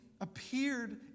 appeared